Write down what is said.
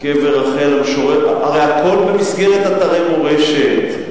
קבר רחל המשוררת, הרי הכול במסגרת אתרי מורשת.